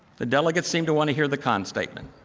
the delegates seem to want to hear the con statement.